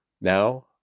Now